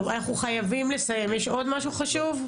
טוב, אנחנו חייבים לסיים, יש עוד משהו חשוב?